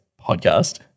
podcast